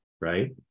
right